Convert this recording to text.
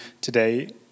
today